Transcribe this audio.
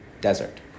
desert